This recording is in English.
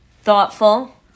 thoughtful